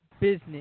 business